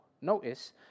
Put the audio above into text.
Notice